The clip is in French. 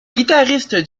guitaristes